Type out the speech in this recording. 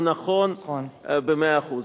הוא נכון במאה אחוז.